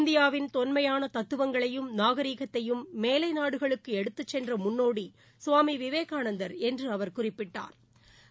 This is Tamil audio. இந்தியாவின் தொன்மையானதத்துவங்களையும் நாகரிகத்தையும் மேலைநாடுகளுக்குஎடுத்துசென்றமுன்னோடிசுவாமிவிவேகானந்தா் என்றுஅவா் குறிப்பிட்டாா்